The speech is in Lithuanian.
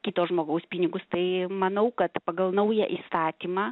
kito žmogaus pinigus tai manau kad pagal naują įstatymą